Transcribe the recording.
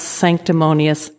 sanctimonious